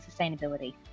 sustainability